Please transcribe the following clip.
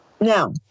Now